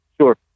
Sure